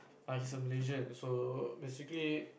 err he's a Malaysian so basically